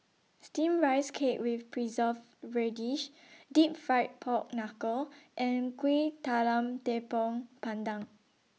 Steamed Rice Cake with Preserved Radish Deep Fried Pork Knuckle and Kuih Talam Tepong Pandan